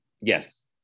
Yes